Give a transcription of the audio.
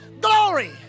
Glory